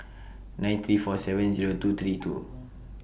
nine three four seven Zero two three two